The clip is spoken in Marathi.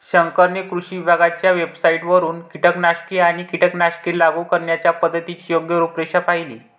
शंकरने कृषी विभागाच्या वेबसाइटवरून कीटकनाशके आणि कीटकनाशके लागू करण्याच्या पद्धतीची योग्य रूपरेषा पाहिली